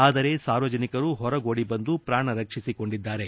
ಆದರೆ ಸಾರ್ವಜನಿಕರು ಹೊರಗೋಡಿ ಬಂದು ಪ್ರಾಣ ರಕ್ಷಿಸಿಕೊಂಡಿದ್ದಾರೆ